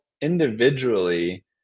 individually